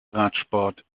radsport